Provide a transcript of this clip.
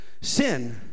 sin